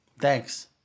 Thanks